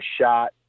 shot